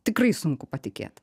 tikrai sunku patikėt